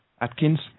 Atkins